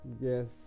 yes